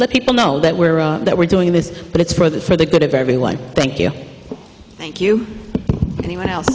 let people know that we're that we're doing this but it's for that for the good of everyone thank you thank you anyone else